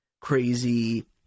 crazy